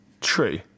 True